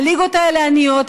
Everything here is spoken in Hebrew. הליגות האלה עניות,